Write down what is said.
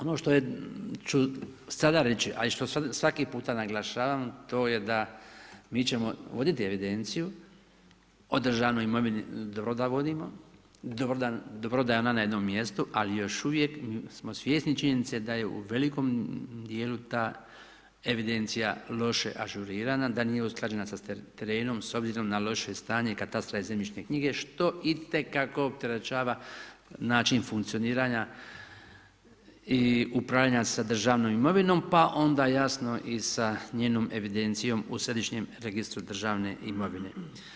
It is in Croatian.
Ono što ću sada reći, a i što svaki puta naglašavam to je da mi ćemo voditi evidenciju o državnoj imovini, dobro da vodimo, dobro da je ona na jednom mjestu, ali još uvijek smo svjesni činjenice da je u velikom dijelu ta evidencija loše ažurirana, da nije usklađena sa terenom s obzirom na loše stanje katastra i zemljišne knjige, što i te kako opterećava način funkcionira i upravljanja sa državnom imovinom pa onda jasno i sa njenom evidencijom u središnjem registru državne imovine.